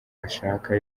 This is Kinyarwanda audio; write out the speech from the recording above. ashaka